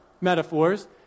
metaphors